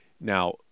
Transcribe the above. Now